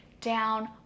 down